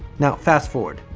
now fast forward.